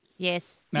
Yes